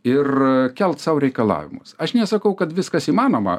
ir kelt sau reikalavimus aš nesakau kad viskas įmanoma